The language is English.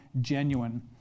genuine